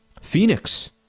Phoenix